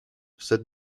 said